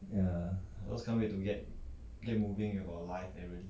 ya